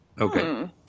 Okay